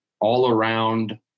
all-around